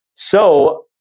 so,